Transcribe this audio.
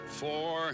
four